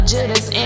Judas